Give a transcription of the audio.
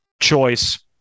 choice